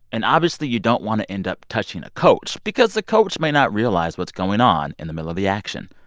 and obviously, you don't want to end up touching a coach because the coach may not realize what's going on in the middle of the action.